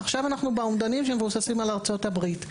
עכשיו אנחנו באומדנים שמבוססים על ארצות הברית.